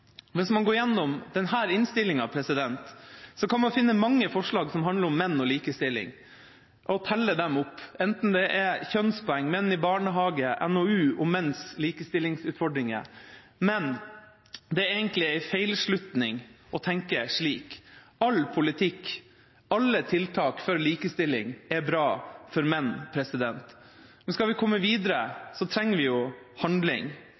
Hvis man går gjennom denne innstillinga, kan man finne mange forslag som handler om menn og likestilling og telle dem opp. Det er om kjønnspoeng, menn i barnehage, NOU og menns likestillingsutfordringer, men det er egentlig en feilslutning å tenke slik. All politikk, alle tiltak for likestilling, er bra for menn. Men skal vi komme videre, trenger vi handling.